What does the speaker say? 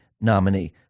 nominee